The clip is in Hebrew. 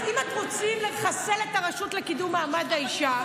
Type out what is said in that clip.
אז אם אתם רוצים לחסל את הרשות לקידום מעמד האישה,